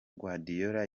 guardiola